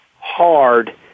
hard